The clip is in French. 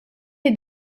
est